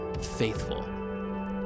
Faithful